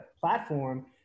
platform